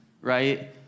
right